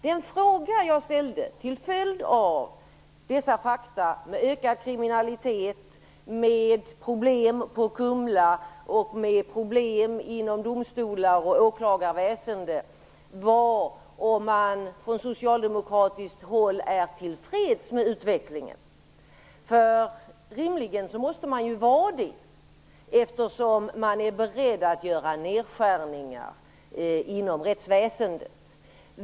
Den fråga jag ställde, till följd av dessa fakta om ökad kriminalitet, med problem på Kumla och med problem inom domstolar och åklagarväsende, var om man från socialdemokratiskt håll är till freds med utvecklingen. Rimligen måste man vara det, eftersom man är beredd att göra nedskärningar inom rättsväsendet.